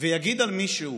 ויגיד על מישהו